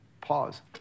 Pause